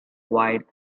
wide